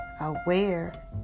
aware